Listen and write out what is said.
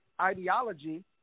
ideology